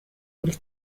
buri